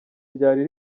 ryari